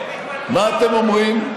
מה אתם אומרים?